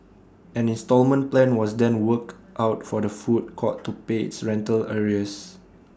an instalment plan was then worked out for the food court to pay its rental arrears